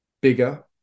bigger